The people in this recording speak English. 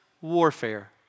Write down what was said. warfare